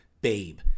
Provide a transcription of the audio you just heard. babe